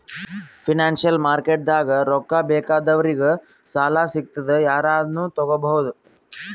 financial ಮಾರ್ಕೆಟ್ದಾಗ್ ರೊಕ್ಕಾ ಬೇಕಾದವ್ರಿಗ್ ಸಾಲ ಸಿಗ್ತದ್ ಯಾರನು ತಗೋಬಹುದ್